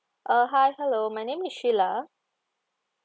uh hi hello my name is shila